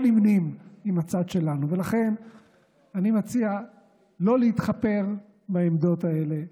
לכן אני מציע שלא להתחפר בעמדות האלה,